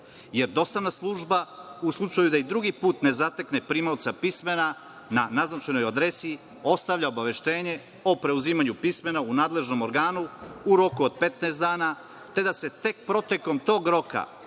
jer dostavna služba u slučaju da i drugi put ne zatekne primaoca pismena na naznačenoj adresi ostavlja obaveštenje o preuzimanju pismena u nadležnom organu u roku od 15 dana, te da se tek protekom tog roka